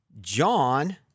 John